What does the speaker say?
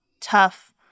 tough